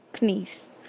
knees